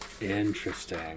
Interesting